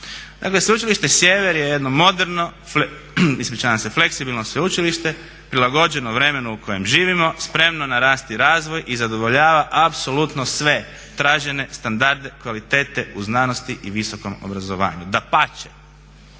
Dakle Sveučilište Sjever je jedno moderno, fleksibilno sveučilište, prilagođeno vremenu u kojem živimo, spremno na rast i razvoj i zadovoljava apsolutno sve tražene standarde kvalitete u znanosti i visokom obrazovanju. Dapače